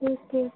जी ठीक